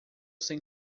sem